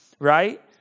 right